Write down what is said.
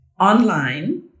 online